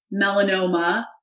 melanoma